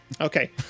Okay